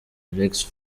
alex